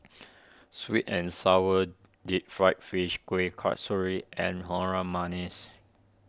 Sweet and Sour Deep Fried Fish Kueh Kasturi and Harum Manis